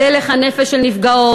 על הלך הנפש של נפגעות,